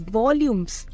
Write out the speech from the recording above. volumes